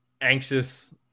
anxious